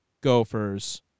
Gophers